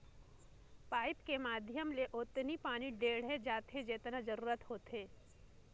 pipe के माधियम ले ओतनी पानी टेंड़े जाथे जतना जरूरत होथे